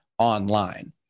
online